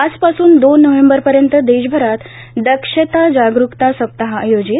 आजपासून दोन नोव्हेंबरपर्यंत देशभरात दक्षता जागरूकता सप्ताह आयोजित